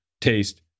taste